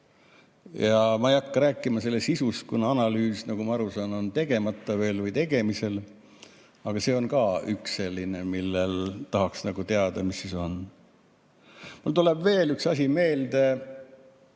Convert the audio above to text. Ja ma ei hakka rääkima selle sisust, kuna analüüs, nagu ma aru saan, on tegemata veel või tegemisel. Aga see on ka üks selline asi, mille [kohta] tahaks nagu teada, mis siis on. Mulle tuleb maasaadikuna veel üks asi meelde: